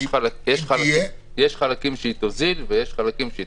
יש חלקים שהיא תוזיל ויש חלקים שהיא